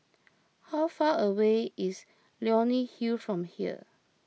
how far away is Leonie Hill from here